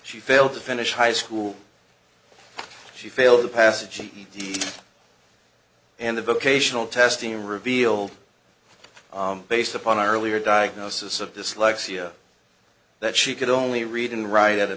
she failed to finish high school she failed to pass a ged and the vocational testing revealed based upon earlier diagnosis of dyslexia that she could only read and write at a